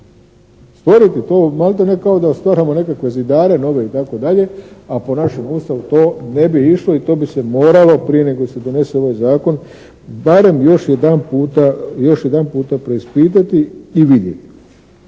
stvoriti to kao maltene kao da stvaramo nekakve zidare nove itd., a po našem Ustavu to ne bi išlo i to bi se moralo prije nego se donese ovaj zakon barem još jedanput preispitati i vidjeti.